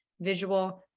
visual